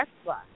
Tesla